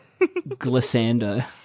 glissando